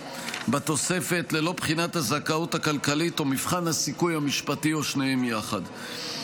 בתוספת ללא בחינת הזכאות הכלכלית או מבחן הסיכוי המשפטי או שניהם יחד.